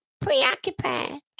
preoccupied